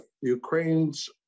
Ukraine's